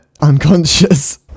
unconscious